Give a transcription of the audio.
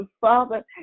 Father